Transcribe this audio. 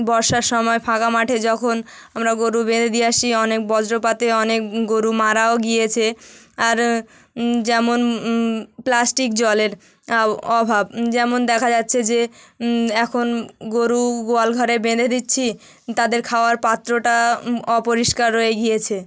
বর্ষার সময় ফাঁকা মাঠে যখন আমরা গরু বেঁধে দিয়ে আসি অনেক বজ্রপাতে অনেক গরু মারাও গিয়েছে আর যেমন প্লাস্টিক জলের অভাব যেমন দেখা যাচ্ছে যে এখন গরু গোয়ালঘরে বেঁধে দিচ্ছি তাদের খাওয়ার পাত্রটা অপরিষ্কার রয়ে গিয়েছে